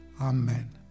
Amen